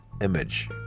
image